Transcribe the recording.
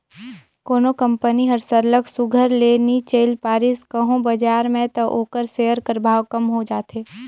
कोनो कंपनी हर सरलग सुग्घर ले नी चइल पारिस कहों बजार में त ओकर सेयर कर भाव कम हो जाथे